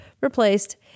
Replaced